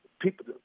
people